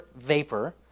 vapor